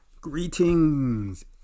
Greetings